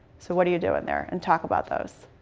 so what are you doing there and talk about those.